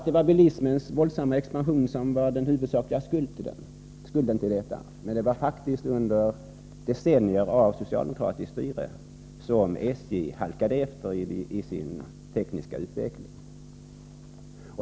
Låt vara att den huvudsakliga skulden är att hänföra till bilismens våldsamma expansion, men det var faktiskt under decennier av socialdemokratiskt styre som SJ halkade efter i sin tekniska utveckling.